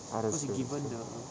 ah that's true that's true